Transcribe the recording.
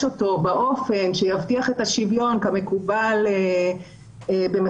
אותו באופן שיבטיח את השוויון כמקובל במחוזותינו,